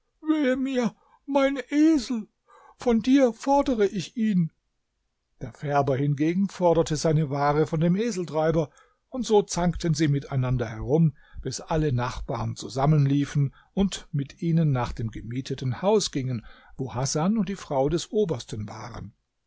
mir mein esel von dir fordere ich ihn der färber hingegen forderte seine ware von dem eseltreiber und so zankten sie miteinander herum bis alle nachbarn zusammenliefen und mit ihnen nach dem gemieteten haus gingen wo hasan und die frau des obersten waren